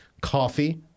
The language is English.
coffee